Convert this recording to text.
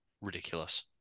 ridiculous